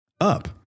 Up